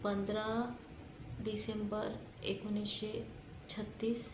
पंधरा डिसेंबर एकोणीसशे छत्तीस